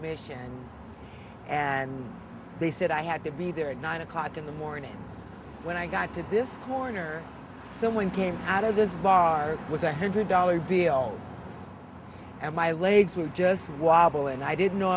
mission and they said i had to be there at nine o'clock in the morning when i got to this corner someone came out of this bar with a hundred dollar bill and my legs were just wobble and i didn't know